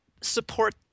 support